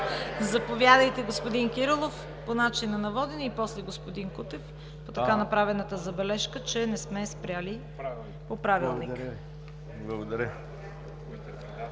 Заповядайте, господин Кирилов, по начина на водене и после господин Кутев по така направената забележка, че не сме спрели по Правилник. ДАНАИЛ